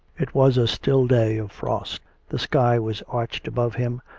it was a still day of frost the sky was arched above him,